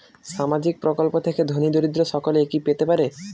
সামাজিক প্রকল্প থেকে ধনী দরিদ্র সকলে কি পেতে পারে?